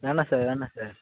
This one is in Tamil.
வேணாம் சார் வேணாம் சார்